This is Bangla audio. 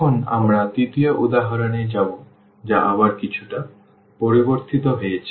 এখন আমরা তৃতীয় উদাহরণে যাব যা আবার কিছুটা পরিবর্তিত হয়েছে